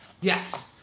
Yes